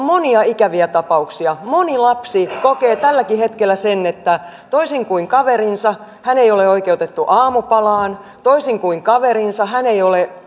monia ikäviä tapauksia moni lapsi kokee tälläkin hetkellä sen että toisin kuin kaverinsa hän ei ole oikeutettu aamupalaan toisin kuin kaverinsa hän ei ole